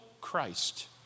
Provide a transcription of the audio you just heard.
Christ